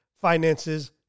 finances